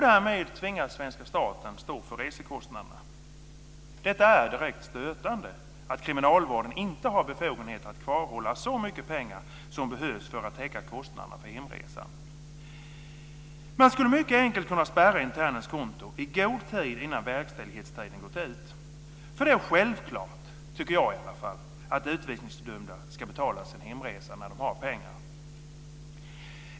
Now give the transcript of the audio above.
Därmed tvingas den svenska staten stå för resekostnaderna. Det är direkt stötande att Kriminalvården inte har befogenhet att kvarhålla så mycket pengar som behövs för att täcka kostnaderna för hemresan. Man skulle mycket enkelt kunna spärra internens konto i god tid innan verkställighetstiden gått ut. Det är självklart, tycker i alla fall jag, att utvisningsdömda ska betala sin hemresa när de har pengar.